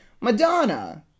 Madonna